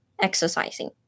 exercising